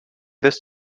this